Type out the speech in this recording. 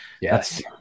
Yes